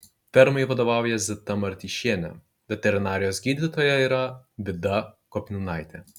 fermai vadovauja zita martyšienė veterinarijos gydytoja yra vida kopninaitė